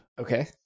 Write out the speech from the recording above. Okay